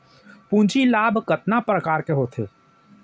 पूंजी लाभ कतना प्रकार के होथे?